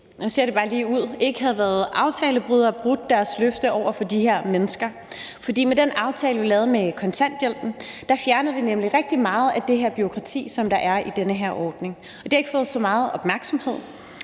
– ikke havde været aftalebryder og brudt deres løfte over for de her mennesker. For med den aftale, vi lavede om kontanthjælpen, fjernede vi nemlig rigtig meget af det her bureaukrati, som der er i den her ordning. Det har ikke fået så meget opmærksomhed,